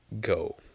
go